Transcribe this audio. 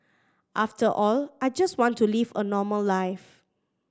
after all I just want to live a normal life